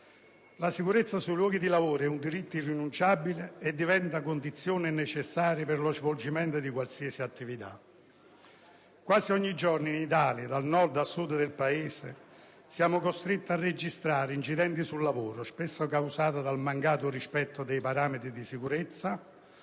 La sicurezza sui luoghi di lavoro è un diritto irrinunciabile e diventa condizione necessaria per lo svolgimento di qualsiasi attività. Quasi ogni giorno in Italia, dal Nord al Sud del Paese, siamo costretti a registrare incidenti sul lavoro, spesso causati dal mancato rispetto dei parametri di sicurezza;